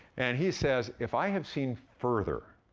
and he says, if i have seen further,